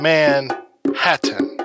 Manhattan